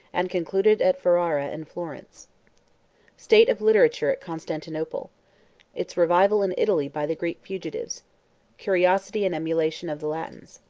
and concluded at ferrara and florence state of literature at constantinople its revival in italy by the greek fugitives curiosity and emulation of the latins.